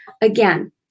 Again